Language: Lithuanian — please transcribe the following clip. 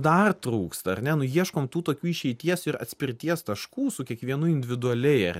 dar trūksta ar ne nu ieškom tų tokių išeities ir atspirties taškų su kiekvienu individualiai ar